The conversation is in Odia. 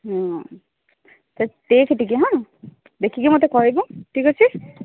ହଁ ତ ଦେଖେ ଟିକେ ହଁ ଦେଖିକି ମୋତେ କହିବୁ ଠିକ୍ ଅଛି